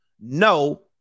no